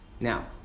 Now